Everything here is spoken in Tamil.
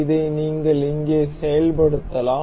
இதை நீங்கள் இங்கே செயல்படுத்தலாம்